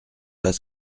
pas